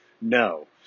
no